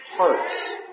hearts